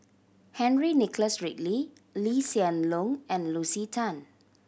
Henry Nicholas Ridley Lee Hsien Loong and Lucy Tan